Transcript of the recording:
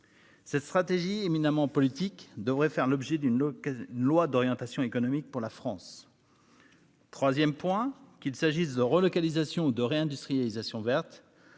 Cette stratégie éminemment politique devrait faire l'objet d'une. Loi d'orientation économique pour la France. 3ème point qu'il s'agisse de relocalisation de réindustrialisation verte.